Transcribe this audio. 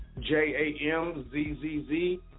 J-A-M-Z-Z-Z